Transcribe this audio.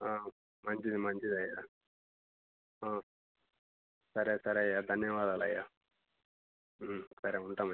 మంచిది మంచిదయ్యా సరే సరే అయ్యా ధన్యవాదాలయ్యా సరే ఉంటామయ్యా